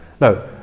No